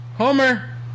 Homer